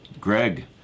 Greg